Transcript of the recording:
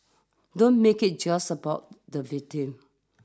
don't make it just about the victim